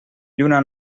lluna